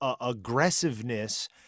aggressiveness